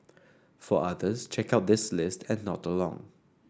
for others check out this list and nod along